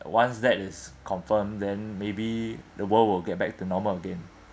once that is confirmed then maybe the world will get back to normal again